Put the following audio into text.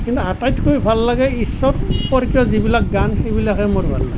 কিন্তু আটাইতকৈ ভাল লাগে ঈশ্বৰ সম্পৰ্কীয় যিবিলাক গান সেইবিলাকহে মোৰ ভাল লাগে